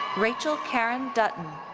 rachel karen dutton.